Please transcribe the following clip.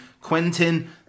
Quentin